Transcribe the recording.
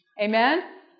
Amen